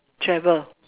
travel